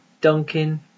Duncan